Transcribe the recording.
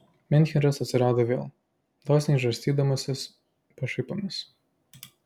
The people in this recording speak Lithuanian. menhyras atsirado vėl dosniai žarstydamasis pašaipomis